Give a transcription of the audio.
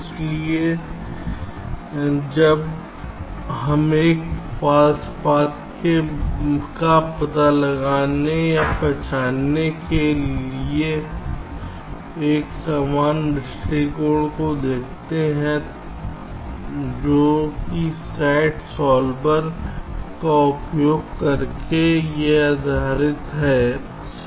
इसलिए अब हम एक फाल्स पाथ का पता लगाने या पहचानने के लिए एक अन्य दृष्टिकोण को देखते हैं जो कि SAT सॉल्वर का उपयोग करने पर आधारित है